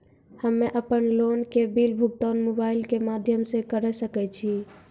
हम्मे अपन लोन के बिल भुगतान मोबाइल के माध्यम से करऽ सके छी?